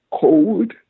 cold